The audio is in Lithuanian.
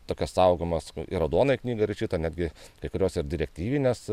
tokias saugomas į raudonąją knygą įrašytą netgi kai kurios ar direktyvinės